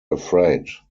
afraid